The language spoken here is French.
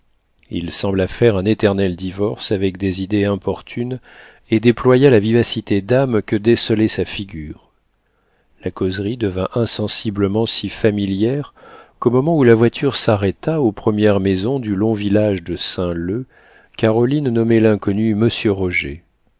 il sembla faire un éternel divorce avec des idées importunes et déploya la vivacité d'âme que décelait sa figure la causerie devint insensiblement si familière qu'au moment où la voiture s'arrêta aux premières maisons du long village de saint-leu caroline nommait l'inconnu monsieur roger